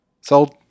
Sold